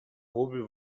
hobel